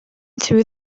through